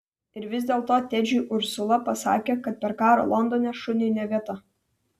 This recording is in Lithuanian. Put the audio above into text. ir vis dėlto tedžiui ursula pasakė kad per karą londone šuniui ne vieta